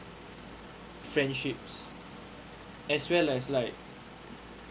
friendships as well as like